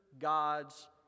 God's